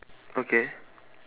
okay